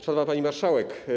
Szanowna Pani Marszałek!